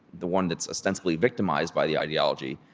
the one that's ostensibly victimized by the ideology,